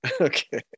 Okay